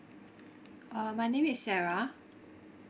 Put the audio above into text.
uh my name is S E R A